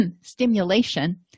stimulation